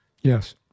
Yes